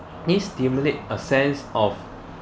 these stimulate a sense of